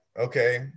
okay